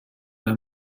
der